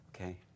Okay